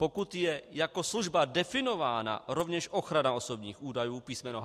Pokud je jako služba definována rovněž ochrana osobních údajů písm.